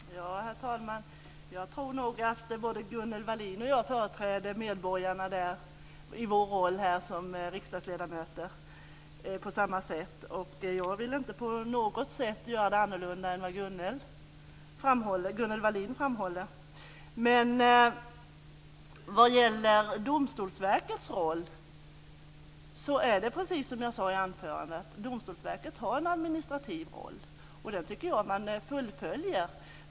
Herr talman! Jag tror nog att både Gunnel Wallin och jag företräder medborgarna i vår roll som riksdagsledamöter på samma sätt. Jag vill inte på något sätt göra det annorlunda än vad Gunnel Wallin framhåller. Vad gäller Domstolsverkets roll är det precis som jag sade i anförandet, att Domstolsverket har en administrativ roll. Den tycker jag att man fullföljer.